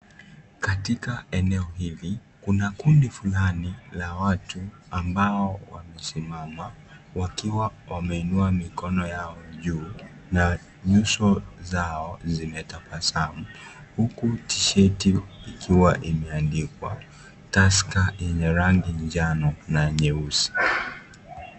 Katika eneo hili kuna kundi fulani la watu ambao wamesimama wakiwa wameinua mikono yao juu na nyuso zao zinatabasamu huku tisheti ikiwa imeandikwa Tusker yenye rangi njano na nyeusi.